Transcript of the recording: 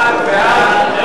חוק